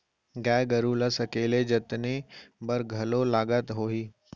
गाय गरू ल सकेले जतने बर घलौ लागत होही?